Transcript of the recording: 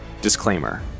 Disclaimer